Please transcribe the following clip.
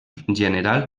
general